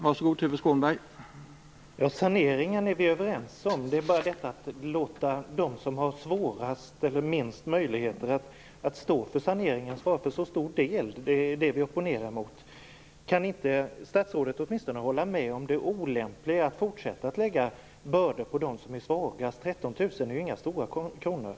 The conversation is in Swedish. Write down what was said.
Herr talman! Saneringen är vi överens om. Det vi opponerar oss mot är att låta dem som har det svårast, eller minst möjligheter att stå för saneringen, svara för så stor del. Kan inte statsrådet åtminstone hålla med om det olämpliga i att fortsätta att lägga bördor på dem som är svagast? 13 000 kr är ingen stor summa.